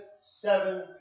seven